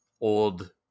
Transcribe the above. old